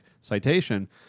citation